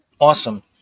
Awesome